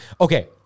Okay